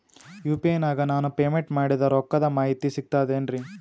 UPI ನಾಗ ನಾನು payment ಮಾಡಿದ ರೊಕ್ಕದ ಮಾಹಿತಿ ಸಿಕ್ತಾತೇನ್ರೀ?